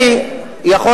אני רק רוצה לומר לך,